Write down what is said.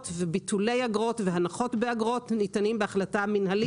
וביטולי אגרות והנחות באגרות ניתנים בהחלטה מינהלית.